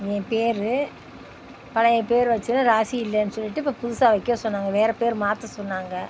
என் பேர் பழைய பேர் வச்சது ராசி இல்லைன்னு சொல்லிட்டு இப்போ புதுசாக வைக்க சொன்னாங்கள் வேற பேர் மாற்ற சொன்னாங்கள்